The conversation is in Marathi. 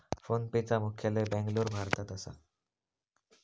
फोनपेचा मुख्यालय बॅन्गलोर, भारतात असा